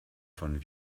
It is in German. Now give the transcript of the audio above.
von